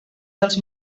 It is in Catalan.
dels